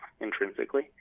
intrinsically